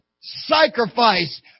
sacrifice